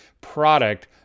product